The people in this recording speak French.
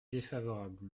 défavorable